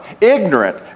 ignorant